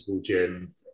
gym